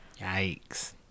Yikes